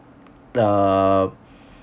err